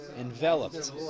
Enveloped